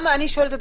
אני שואלת,